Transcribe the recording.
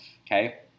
Okay